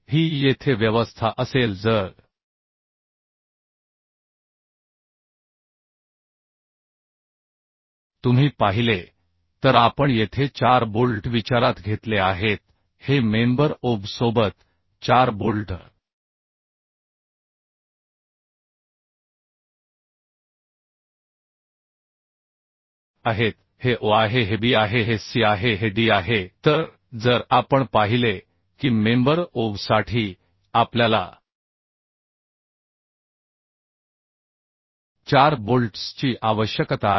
ही येथे व्यवस्था असेल जर तुम्ही पाहिले तर आपण येथे 4 बोल्ट विचारात घेतले आहेत हे मेंबर Ob सोबत 4 बोल्टआहेत हे O आहे हेb आहे हे c आहे हे d आहे तर जर आपण पाहिले की मेंबर Ob साठी आपल्याला 4 बोल्ट्सची आवश्यकता आहे